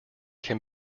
can